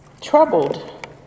troubled